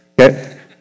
okay